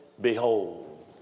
behold